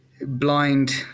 blind